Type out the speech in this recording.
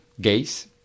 gays